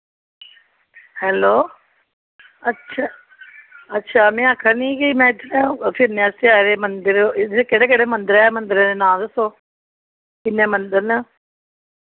hello अच्छा अच्छा में आखा नीं कि में इद्धर फिरने आस्तै आए दे मंदर इद्धर केह्ड़े केह्ड़े मंदर ऐ न दस्सो किन्ने मंदर न